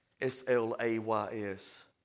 S-L-A-Y-S